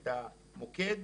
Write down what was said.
את המוקד,